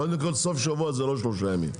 קודם כול, סופשבוע זה לא שלושה ימים.